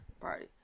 party